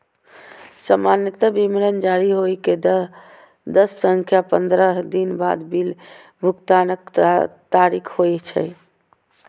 सामान्यतः विवरण जारी होइ के दस सं पंद्रह दिन बाद बिल भुगतानक तारीख होइ छै